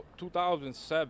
2007